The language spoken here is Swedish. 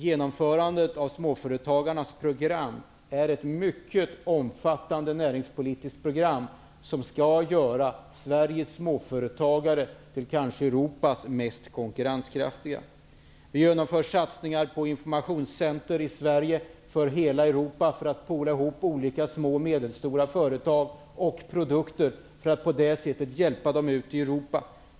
Genomförandet av småföretagarnas program, som är ett mycket omfattande näringspolitiskt program, skall göra Sveriges småföretagare till Europas kanske mest konkurrenskraftiga. Vi genomför satsningar på ett informationscenter i Sverige för hela Europa. Där kan man föra samman olika små och medelstora företag och deras produkter för att på det sättet hjälpa dem ut i Europa.